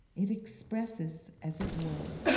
it expresses, as it were,